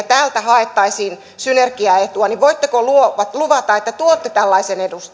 täältä haettaisiin synergiaetua niin voitteko luvata että tuotte tällaisen